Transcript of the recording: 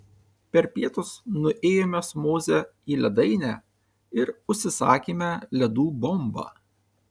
per pietus nuėjome su moze į ledainę ir užsisakėme ledų bombą